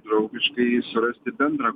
draugiškai surasti bendrą